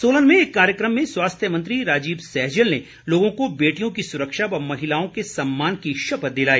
सोलन में एक कार्यक्रम में स्वास्थ्य मंत्री राजीव सैजल ने लोगों को बेटियों की सुरक्षा व महिलाओं के सम्मान की शपथ दिलाई